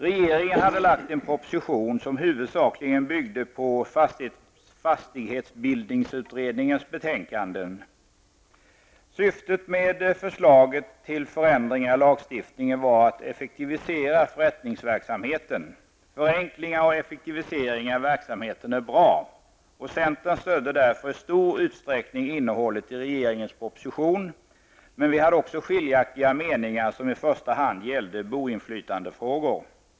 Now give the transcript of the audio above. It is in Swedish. Regeringen hade lagt en proposition som huvudsakligen byggde på fastighetsbildningsutredningens betänkanden. Syftet med förslaget till förändringar i lagstiftningen var att effektivisera förrättningsverksamheten. Förenklingar och effektiviseringar i verksamheten är bra, och centern stödde därför i stor utsträckning innehållet i regeringens proposition, men vi hade också skiljaktiga meningar som i första hand gällde boinflytandefrågor.